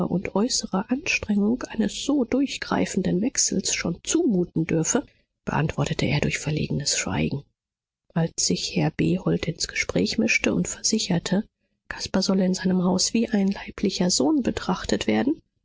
und äußere anstrengung eines so durchgreifenden wechsels schon zumuten dürfe beantwortete er durch verlegenes schweigen als sich herr behold ins gespräch mischte und versicherte caspar solle in seinem haus wie ein leiblicher sohn betrachtet werden